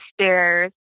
stairs